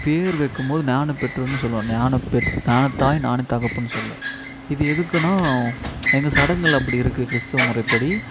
பேர் வைக்கும்போது ஞானப்பெற்றோருன்னு சொல்வோம் ஞானப்பெற் ஞானத்தாய் ஞானத்தகப்பன்னு சொல்வோம் இது எதுக்குன்னா எங்கள் சடங்கில் அப்படி இருக்குது கிறிஸ்துவ முறைப்படி